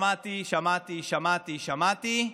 שמעתי, שמעתי, שמעתי, שמעתי,